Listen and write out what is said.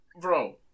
bro